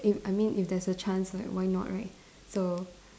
if I mean if there's a chance like why not right so